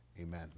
Amen